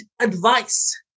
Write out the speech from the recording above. advice